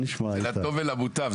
לטוב ולמוטב.